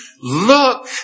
look